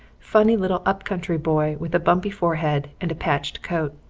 funny little up-country boy with a bumpy forehead and a patched coat.